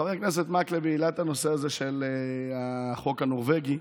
חבר הכנסת מקלב העלה את הנושא הזה של החוק הנורבגי.